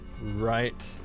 right